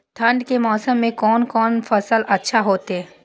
ठंड के मौसम में कोन कोन फसल अच्छा होते?